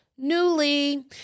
Newly